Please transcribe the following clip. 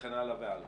וכן הלאה והלאה?